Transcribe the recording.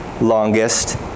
longest